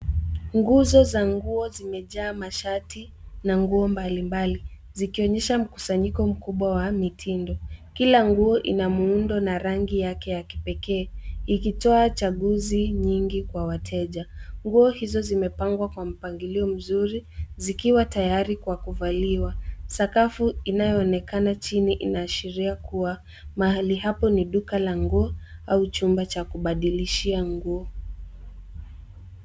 Nguzo za nguo zimejaa mashati na nguo mbalimbali zikionyesha mkusanyiko mkubwa wa mitindo. Kila nguo ina muundo na rangi yake ya kipekee ikitoa chaguzi nyingi kwa wateja. Nguo hizo zimepangwa kwa mpangilio mzuri zikiwa tayari kwa kuvaliwa. Sakafu inayoonekana chini inaashiria kuwa mahali hapo ni duka la nguo au chumba cha kubadilishia nguo.